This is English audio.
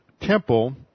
temple